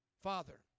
father